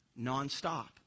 nonstop